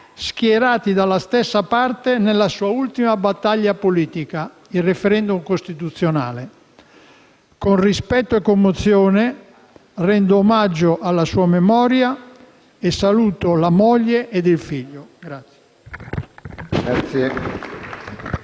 schierati dalla stessa parte nella sua ultima battaglia politica, il *referendum* costituzionale. Con rispetto e commozione, rendo omaggio alla sua memoria e saluto la moglie ed il figlio.